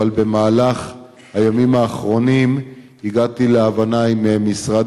אבל במהלך הימים האחרונים הגעתי להבנה עם משרד